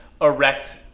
erect